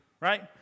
right